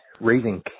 raising